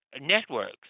networks